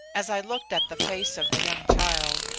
as i looked at the face of the young child,